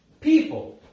people